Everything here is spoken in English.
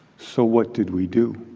so what did we do?